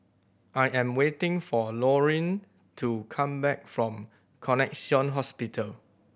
I am waiting for Lauryn to come back from Connexion Hospital